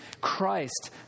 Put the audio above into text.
Christ